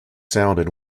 sounded